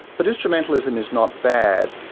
but instrumentalism is not bad.